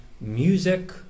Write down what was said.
music